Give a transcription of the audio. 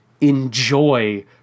enjoy